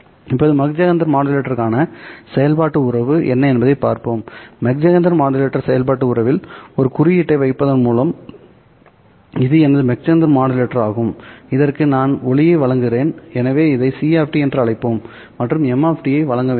இப்போது Mach Zehnder மாடுலேட்டருடனான செயல்பாட்டு உறவு என்ன என்பதைப் பார்ப்போம் மாக் ஜெஹெண்டர் மாடுலேட்டர் செயல்பாட்டு உறவில் ஒரு குறியீட்டை வைப்பதன் மூலம் இது எனது மாக் ஜெஹெண்டர் மாடுலேட்டராகும் இதற்கு நான் ஒளியை வழங்குகிறேன் எனவே இதை C என்று அழைப்போம் மற்றும் m ஐ வழங்க வேண்டும்